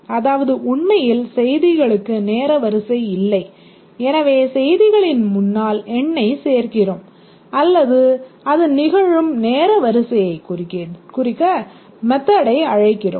அதாவது உண்மையில் செய்திகளுக்கு நேர வரிசை இல்லை எனவே செய்திகளின் முன்னால் எண்ணை சேர்க்கிறோம் அல்லது அது நிகழும் நேர வரிசையைக் குறிக்க மெத்தடை அழைக்கிறோம்